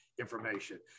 information